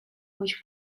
which